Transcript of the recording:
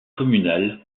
communal